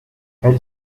elle